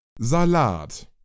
Salat